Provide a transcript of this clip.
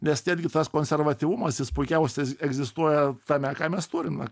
nes netgi tas konservatyvumas jis puikiausias egzistuoja tame ką mes turime